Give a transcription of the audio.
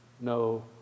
no